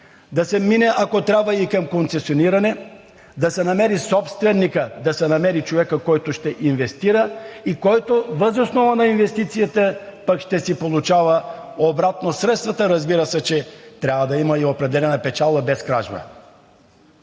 да се мине, ако трябва, и към концесиониране, да се намери собственикът, да се намери човекът, който ще инвестира и който, въз основа на инвестицията, пък ще си получава обратно средствата. Разбира се, че трябва да има и определена печалба без кражба.